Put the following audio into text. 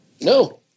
No